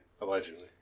Allegedly